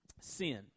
sin